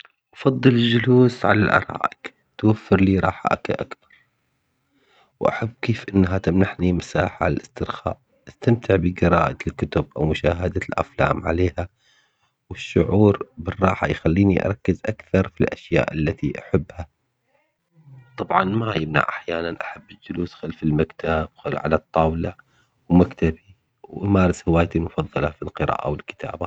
أفضل الجلوس على الأرائك توفر لي راحة أك- أكبر، واحب كيف إنها تمنحني مساحة للاسترخاء أستمتع بقراءة الكتب أو مشاهدة الأفلام عليها، الشعور بالراحة يخليني أركز أكثر في الأشياء التي أحبها، طبعاً ما يمنع أحياناً أحب الجلوس خلف المكتب خ- وعلى الطاولة مكتبي وأمارس هوايتي المفضلة في القراءة والكتابة.